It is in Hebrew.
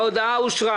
הצבעה ההודעה אושרה.